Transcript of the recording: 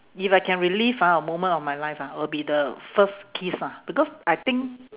if I can relive ah a moment of my life ah will be the first kiss ah because I think